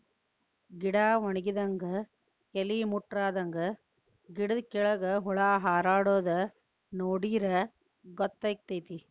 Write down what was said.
ಗಿಡಾ ವನಗಿದಂಗ ಎಲಿ ಮುಟ್ರಾದಂಗ ಗಿಡದ ಕೆಳ್ಗ ಹುಳಾ ಹಾರಾಡುದ ನೋಡಿರ ಗೊತ್ತಕೈತಿ